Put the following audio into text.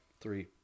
three